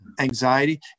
anxiety